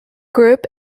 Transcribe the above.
group